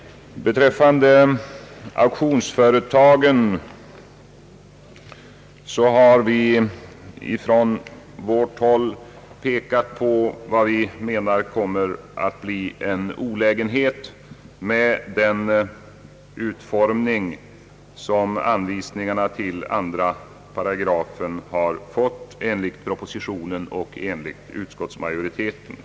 Beträffande auktionsföretagen har vi pekat på vad vi menar kommer att bli en olägenhet med den utformning som anvisningarna till 2 8 har fått enligt propositionen och utskottsmajoriteten.